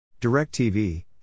DirecTV